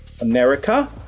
America